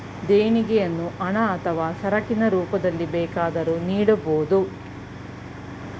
ದೇಣಿಗೆಯನ್ನು ಹಣ ಅಥವಾ ಸರಕಿನ ರೂಪದಲ್ಲಿ ಬೇಕಾದರೂ ನೀಡಬೋದು